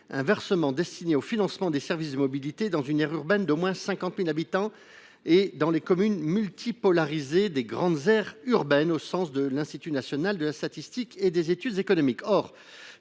un versement destiné au financement des services de mobilité dans une aire urbaine d’au moins 50 000 habitants et dans les communes multipolarisées des grandes aires urbaines, au sens de l’Institut national de la statistique et des études économiques